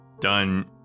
done